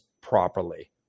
properly